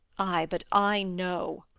ay, but i know